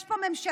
יש פה ממשלה,